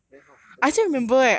then how but then what